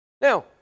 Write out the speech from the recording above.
Now